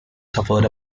suffered